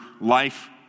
life